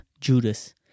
Judas